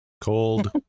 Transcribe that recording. cold